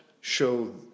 show